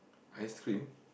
ice-cream